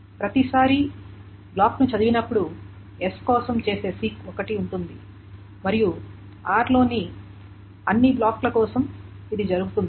ప్రతిసారీ బ్లాక్ని చదివినప్పుడు s కోసం చేసే సీక్ ఒకటి ఉంటుంది మరియు r లోని అన్ని బ్లాక్ల కోసం ఇది జరుగుతుంది